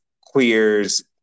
queers